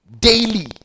Daily